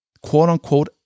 quote-unquote